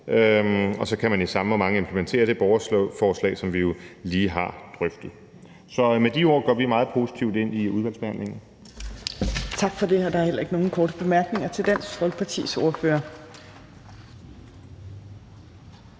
og så kan man i samme omgang implementere det borgerforslag, som vi jo lige har drøftet. Med de ord går vi meget positivt ind i udvalgsbehandlingen. Kl. 11:40 Fjerde næstformand (Trine Torp): Tak for det. Der er heller ikke nogen korte bemærkninger til Dansk Folkepartis ordfører,